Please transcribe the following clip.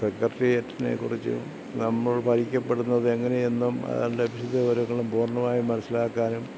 സെക്രട്ടറിയേറ്റിനെ കുറിച്ചും നമ്മൾ വായിക്കപ്പെടുന്നത് എങ്ങനെയെന്നും അതിൻ്റെ വിശദ വിവരങ്ങളും പൂർണ്ണമായും മനസ്സിലാക്കാനും